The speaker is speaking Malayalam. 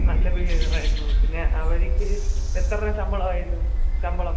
നല്ല ബിഹേവിയർ ആയിരുന്നു പിന്നെ അവർക്ക് എത്ര രൂപ ശമ്പളമാണ് ഇത് ശമ്പളം